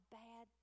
bad